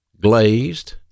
glazed